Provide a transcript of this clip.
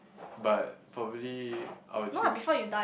but probably I'll choose